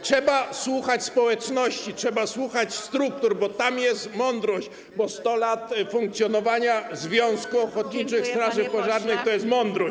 Trzeba słuchać społeczności, trzeba słuchać struktur, bo tam jest mądrość, bo 100 lat funkcjonowania Związku Ochotniczych Straży Pożarnych oznacza mądrość.